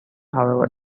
however